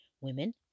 Women